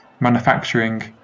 Manufacturing